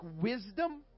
wisdom